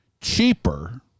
cheaper